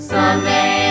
Someday